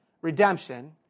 redemption